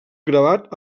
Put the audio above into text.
gravat